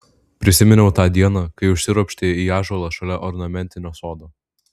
prisiminiau tą dieną kai užsiropštė į ąžuolą šalia ornamentinio sodo